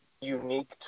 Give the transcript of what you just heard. unique